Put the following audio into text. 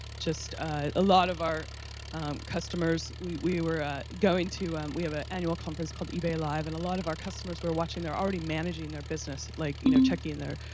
just ah a lot of our customers. we we were ah going to, we have an ah annual conference call ebay live and a lot of our customers were watching. they're already managing their business like, you know, checking their